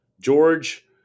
George